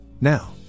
now